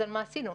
אז מה עשינו?